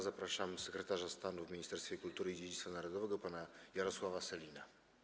Zapraszam sekretarza stanu w Ministerstwie Kultury i Dziedzictwa Narodowego pana Jarosława Sellina.